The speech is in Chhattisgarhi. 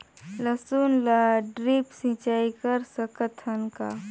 लसुन ल ड्रिप सिंचाई कर सकत हन का?